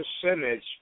percentage